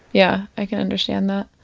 yeah i can understand that.